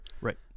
right